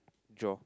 draw